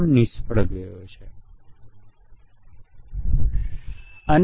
આને સમકક્ષ મ્યુટન્ટ કહેવામાં આવે છે